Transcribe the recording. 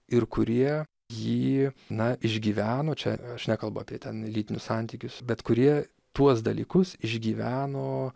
ir kurie jį na išgyveno čia aš nekalbu apie ten lytinius santykius bet kurie tuos dalykus išgyveno